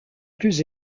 plus